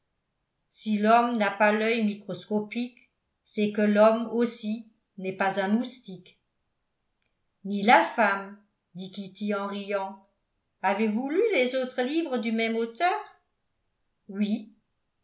si l'homme n'a pas l'œil microscopique c'est que l'homme aussi n'est pas un moustique ni la femme dit kitty en riant avez-vous lu les autres livres du même auteur oui